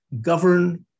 govern